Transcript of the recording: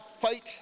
fight